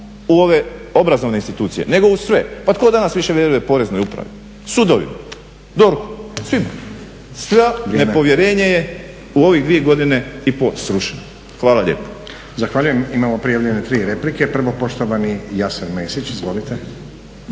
u ove obrazovne institucije nego u sve. Pa tko danas više vjeruje poreznoj upravi? Sudovi, DORH, svima. …/Govornik se ne razumije./… je u ovih dvije godine i pol srušeno. Hvala lijepo.